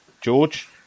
George